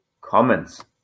comments